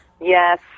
yes